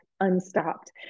unstopped